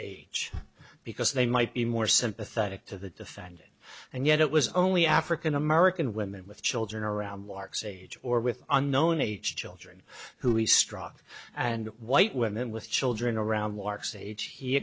age because they might be more sympathetic to the defendant and yet it was only african american women with children around lark's age or with unknown age children who he struck and white women with children around lark's age he